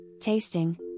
tasting